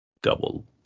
double